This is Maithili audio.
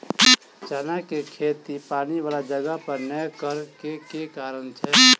चना केँ खेती पानि वला जगह पर नै करऽ केँ के कारण छै?